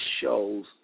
show's